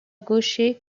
gaucher